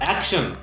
Action